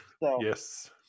Yes